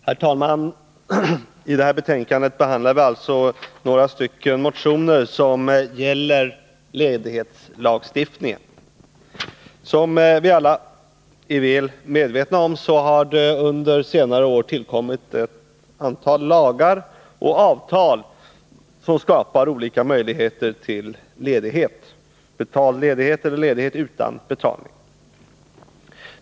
Herr talman! I det här aktuella betänkandet behandlar vi några motioner som gäller ledighetslagstiftningen. Som vi alla är väl medvetna om har det under senare år tillkommit ett antal lagar och avtal som skapar olika möjligheter till ledighet — betald ledighet eller ledighet utan betalning.